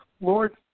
Lord